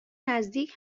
نزدیک